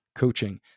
coaching